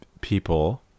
people